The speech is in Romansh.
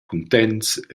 cuntents